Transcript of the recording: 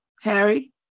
Harry